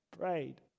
prayed